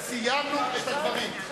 סיימנו את הדברים.